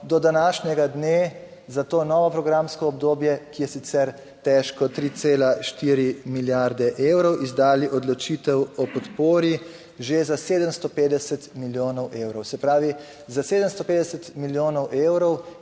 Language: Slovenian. do današnjega dne za to novo programsko obdobje, ki je sicer težko 3,4 milijarde evrov, izdali odločitev o podpori že za 750 milijonov evrov. Se pravi, za 750 milijonov evrov